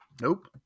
Nope